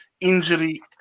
injury